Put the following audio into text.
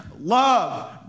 Love